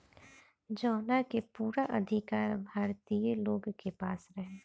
जवना के पूरा अधिकार भारतीय लोग के पास रहे